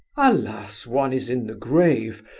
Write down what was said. alas one is in the grave,